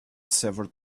severed